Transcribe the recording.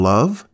Love